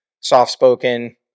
soft-spoken